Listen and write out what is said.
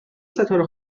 ستاره